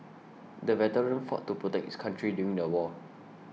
the veteran fought to protect his country during the war